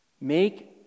Make